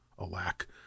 Alack